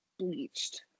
bleached